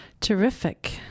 terrific